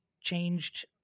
changed